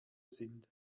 sind